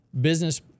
Business